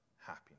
happiness